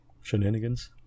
shenanigans